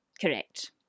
correct